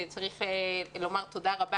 צריך לומר תודה רבה,